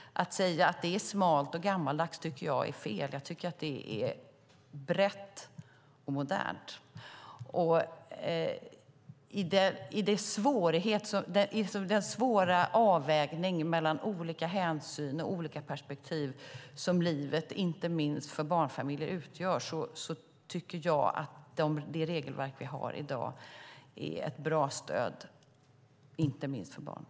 Att säga att det är smalt och gammaldags tycker jag är fel. Jag tycker att det är brett och modernt. I den svåra avvägning mellan olika hänsyn och olika perspektiv som livet utgör inte minst för barnfamiljer tycker jag att det regelverk vi har i dag är ett bra stöd, inte minst för barnen.